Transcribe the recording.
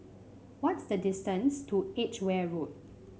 what's the distance to Edgware Road